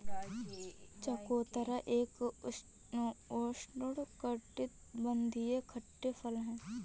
चकोतरा एक उष्णकटिबंधीय खट्टे फल है